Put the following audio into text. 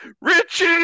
Richie